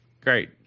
great